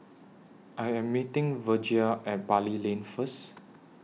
I Am meeting Virgia At Bali Lane First